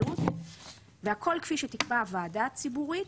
ניידות "והכול כפי שתקבע הוועדה הציבורית"